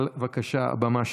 אבל בבקשה, הבמה שלך.